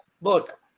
look